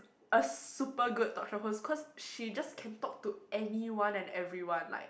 a super good talk show host cause she can just talk to anyone and everyone like